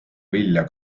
vilja